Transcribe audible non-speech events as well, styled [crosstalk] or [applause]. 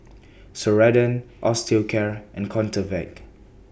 Ceradan Osteocare and [unintelligible]